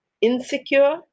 insecure